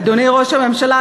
אדוני ראש הממשלה,